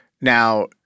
Now